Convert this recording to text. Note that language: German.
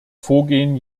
vorgehen